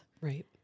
Right